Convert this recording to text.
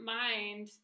mind